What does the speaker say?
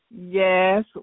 Yes